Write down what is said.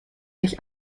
durch